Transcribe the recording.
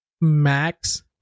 max